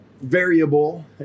variable